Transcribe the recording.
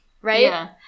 right